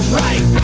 right